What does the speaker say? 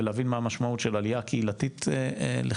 ולהבין מה המשמעות של עלייה קהילתית לכאן.